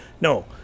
no